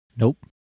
Nope